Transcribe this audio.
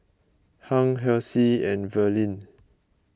Hung Halsey and Verlyn